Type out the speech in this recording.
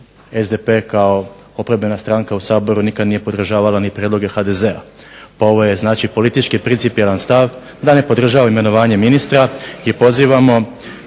SDP kao oporbena stranka u Saboru nikad nije podržavala ni prijedloge HDZ-a. Ovo je znači politički principijelan stav da ne podržava imenovanje ministra i pozivamo,